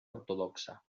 ortodoxa